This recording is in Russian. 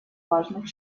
важных